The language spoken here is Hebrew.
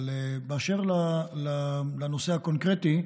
אבל באשר לנושא הקונקרטי,